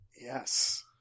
Yes